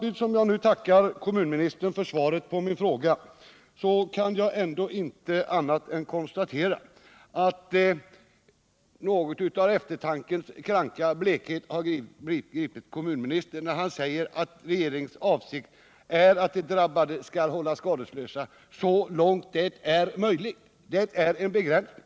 Samtidigt som jag nu tackar kommunministern för svaret på min fråga kan jag ändå inte annat än konstatera att något av eftertankens kranka blekhet har gripit honom, när han säger att regeringens avsikt är att de drabbade skall hållas skadeslösa så långt det är möjligt, ty detta är en begränsning.